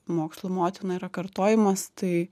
mokslų motina yra kartojimas tai